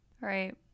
right